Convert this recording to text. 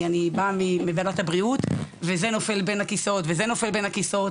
אני באה מוועדת הבריאות וזה נופל בין הכיסאות וזה נופל בין הכיסאות